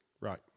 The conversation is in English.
Right